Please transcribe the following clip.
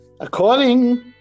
according